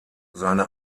seine